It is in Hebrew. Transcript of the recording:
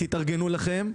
תתארגנו לכם,